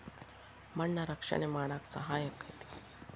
ಮಣ್ಣ ರಕ್ಷಣೆ ಮಾಡಾಕ ಸಹಾಯಕ್ಕತಿ